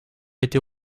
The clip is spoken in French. été